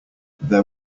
there